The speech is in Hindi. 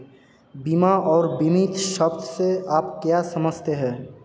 बीमा और बीमित शब्द से आप क्या समझते हैं?